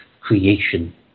creation